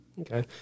Okay